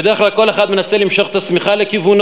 בדרך כלל כל אחד מנסה למשוך את השמיכה לכיוונו,